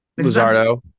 Lizardo